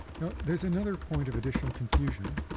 now, there's another point of additional confusion